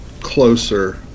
closer